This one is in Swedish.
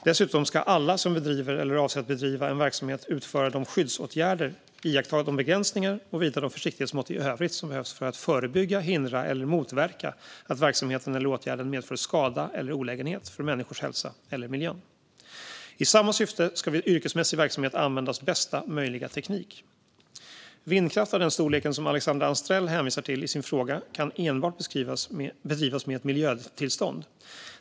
Dessutom ska alla som bedriver eller avser att bedriva en verksamhet utföra de skyddsåtgärder, iaktta de begränsningar och vidta de försiktighetsmått i övrigt som behövs för att förebygga, hindra eller motverka att verksamheten eller åtgärden medför skada eller olägenhet för människors hälsa eller miljön. I samma syfte ska vid yrkesmässig verksamhet användas bästa möjliga teknik. Vindkraft av den storlek som Alexandra Anstrell hänvisar till i sin fråga kan enbart bedrivas med ett miljötillstånd.